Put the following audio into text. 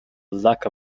lack